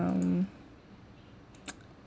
um